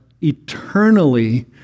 eternally